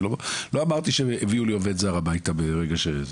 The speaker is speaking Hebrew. לא אמרתי שיביאו לי עובד זר הביתה ברגע.